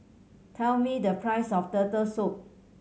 tell me the price of Turtle Soup